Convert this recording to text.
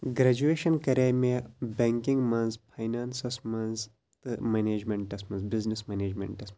graduation کَرے مےٚ banking منٛز فاینانسَس منٛز تہٕ منیجمنٛٹَس منٛز بِزنِس منیجمنٛٹَس منٛز